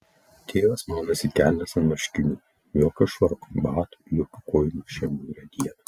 tėvas maunasi kelnes ant marškinių jokio švarko batų jokių kojinių šią niūrią dieną